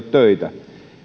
töitä